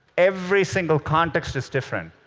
every single context is different.